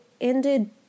ended